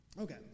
Okay